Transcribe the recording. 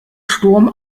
sturm